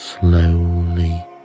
slowly